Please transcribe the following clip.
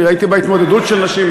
אני ראיתי בהתמודדות של נשים,